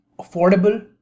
affordable